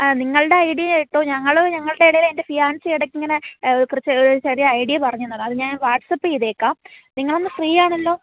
ആ നിങ്ങളുടെ ഐഡിയ ഇട്ടോ ഞങ്ങൾ ഞങ്ങളുടെ ഇടയിൽ എന്റെ ഫിയാൻസി ഇടയ്ക്കിങ്ങനെ കുറച്ച് അതായത് ചെറിയ ഐഡിയ പറഞ്ഞ് തന്നതാണ് അത് ഞാൻ വാട്ട്സാപ്പ് ചെയ്തേക്കാം നിങ്ങൾ അന്ന് ഫ്രീ ആണല്ലോ